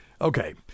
Okay